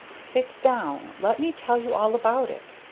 sit down let me tell you all about it.